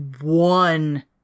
one